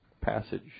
passage